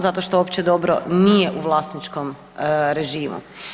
Zato što opće dobro nije u vlasničkom režimu.